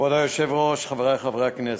כבוד היושב-ראש, חברי חברי הכנסת,